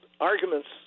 arguments